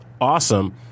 awesome